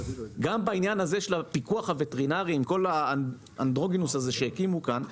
גם בעניין הזה של הפיקוח הווטרינרי עם כל האנדרוגינוס הזה שהקימו כאן,